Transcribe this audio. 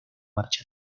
marcha